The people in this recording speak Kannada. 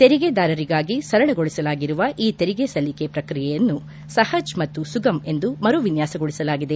ತೆರಿಗೆದಾರರಿಗಾಗಿ ಸರಳಗೊಳಿಸಲಾಗಿರುವ ಈ ತೆರಿಗೆ ಸಲ್ಲಿಕೆ ಪ್ರಕ್ರಿಯೆಯನ್ನು ಸಹಜ್ ಮತ್ತು ಸುಗಮ್ ಎಂದು ಮರು ವಿನ್ನಾಸಗೊಳಿಸಲಾಗಿದೆ